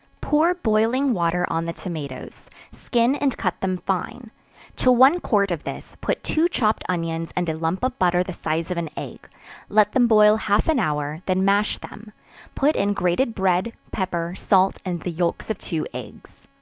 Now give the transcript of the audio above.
pour boiling water on the tomatoes, skin and cut them fine to one quart of this, put two chopped onions and a lump of butter the size of an egg let them boil half an hour, then mash them put in grated bread, pepper, salt, and the yelks of two eggs.